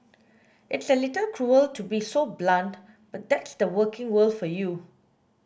it's a little cruel to be so blunt but that's the working world for you